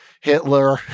Hitler